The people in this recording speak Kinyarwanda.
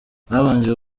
babanje